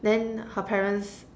then her parents